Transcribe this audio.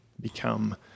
become